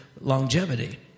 longevity